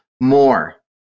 more